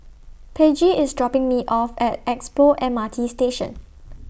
Peggie IS dropping Me off At Expo M R T Station